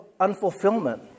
unfulfillment